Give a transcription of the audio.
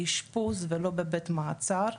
באשפוז ולא בבית מעצר.